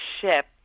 ship